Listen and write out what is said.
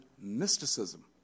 mysticism